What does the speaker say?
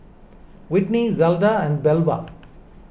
Whitney Zelda and Belva